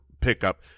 pickup